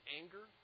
anger